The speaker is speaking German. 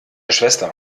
schwester